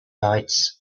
lights